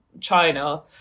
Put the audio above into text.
China